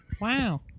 Wow